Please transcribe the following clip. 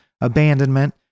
abandonment